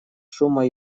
шума